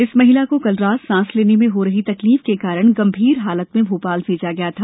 इस महिला को कल रात सांस लेने में हो रही तकलीफ के कारण गंभीर हालत में भोपाल भेज गया था